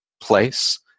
place